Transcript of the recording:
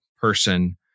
person